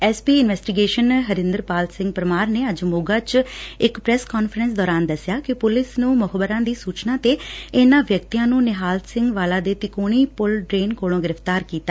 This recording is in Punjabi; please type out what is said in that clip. S P investigation Harinderpal Singh Parmar ਨੇ ਅੱਜ ਮੋਗਾ ਵਿਚ ਇਕ ਪ੍ਰੈਸ ਕਾਨਫਰੰਸ ਦੌਰਾਨ ਦੱਸਿਆ ਕਿ ਪੁਲਿਸ ਨੂੰ ਮੁਖਬਰਾਂ ਦੀ ਸੂਚਨਾ ਤੇ ਇਨੂਾਂ ਵਿਅਕਤੀਆਂ ਨੂੰ ਨਿਹਾਲ ਸਿੰਘ ਵਾਲਾ ਦੇ ਤਿਕੋਣੀ ਪੁਲ ਡਰੇਨ ਕੋਲੋਂ ਗ੍ਫਿਤਾਰ ਕੀਤਾ